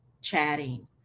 chatting